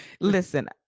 Listen